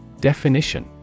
Definition